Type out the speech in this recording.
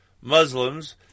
Muslims